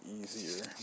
easier